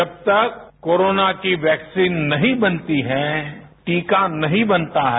जब तक कोरोना की वैक्सीन नहीं बनती है टीका नहीं बनता है